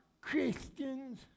Christians